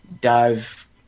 dive